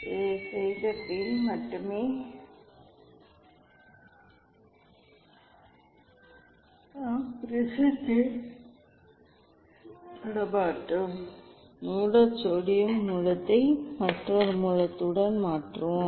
இதைச் செய்தபின் மட்டுமே நாம் ப்ரிஸத்தைத் தொடமாட்டோம் மூல சோடியம் மூலத்தை மற்றொரு மூலத்துடன் மாற்றுவோம்